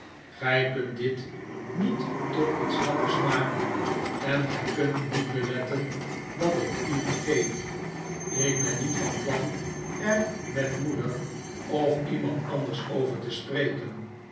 gij kunt dit niet tot iets dappers maken en gij kunt niet beletten dat ik'u vergeef ik ben niet van plan er met moeder of iemand anders over david copperfield te spreken